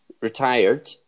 Retired